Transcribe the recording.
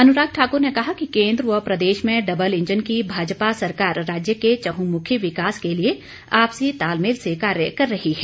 अनुराग ठाकुर ने कहा कि केन्द्र व प्रदेश में डबल इंजन की भाजपा सरकार राज्य के चहंमुखी विकास के लिए आपसी तालमेल से कार्य कर रही है